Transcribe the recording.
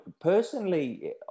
personally